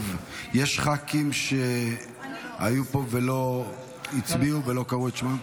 יש ח"כים שהיו פה ולא הצביעו ולא קראו את שמם?